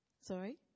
Sorry